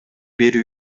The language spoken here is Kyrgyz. берүү